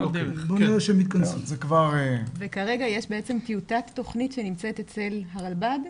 זה כבר --- וכרגע יש טיוטת תכנית שנמצאת אצל הרלב"ד.